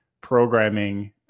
programming